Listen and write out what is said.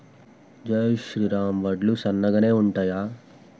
జై శ్రీరామ్ వడ్లు సన్నగనె ఉంటయా?